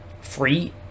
free